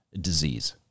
disease